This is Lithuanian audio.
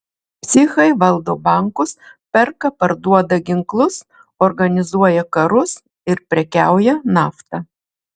psichai valdo bankus perka parduoda ginklus organizuoja karus ir prekiauja nafta